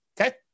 Okay